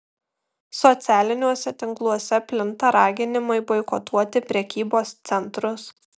socialiniuose tinkluose plinta raginimai boikotuoti prekybos centrus